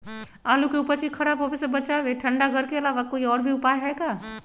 आलू के उपज के खराब होवे से बचाबे ठंडा घर के अलावा कोई और भी उपाय है का?